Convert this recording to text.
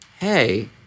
hey